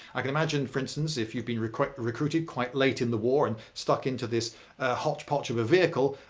i can imagine for instance if you've been. recruited recruited quite late in the war and stuck into this hotchpotch of a vehicle,